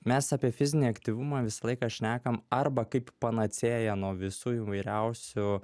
mes apie fizinį aktyvumą visą laiką šnekam arba kaip panacėją nuo visų įvairiausių